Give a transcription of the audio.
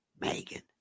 Megan